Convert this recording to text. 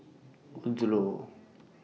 Odlo